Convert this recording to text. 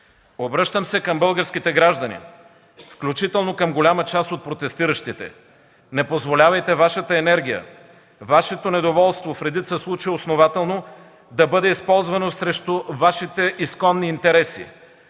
Обръщам се към българските граждани, включително към голяма част от протестиращите: не позволявайте Вашата енергия, Вашето недоволство, в редица случаи основателно, да бъде използвано срещу Вашите изконни интереси!